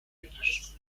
ellos